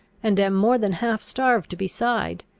and am more than half starved beside.